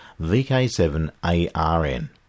VK7ARN